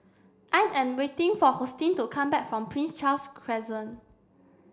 I am waiting for Hosteen to come back from Prince Charles Crescent